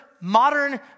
modern